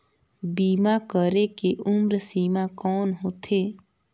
बीमा करे के उम्र सीमा कौन होथे?